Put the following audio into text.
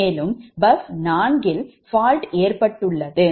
மேலும் பஸ் 4 இல் fault ஏற்பட்டுள்ளது